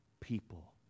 people